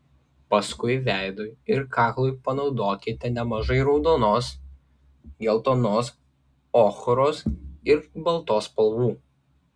paskui veidui ir kaklui panaudokite nemažai raudonos geltonos ochros ir baltos spalvų